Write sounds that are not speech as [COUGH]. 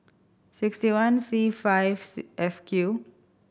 sixty one C five [UNINTELLIGIBLE] S Q